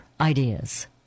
Ideas